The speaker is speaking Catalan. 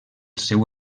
seu